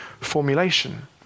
formulation